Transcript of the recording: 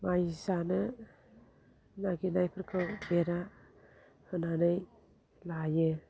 माइ जानो नागिरनायफोरखौ बेरा होनानै लायो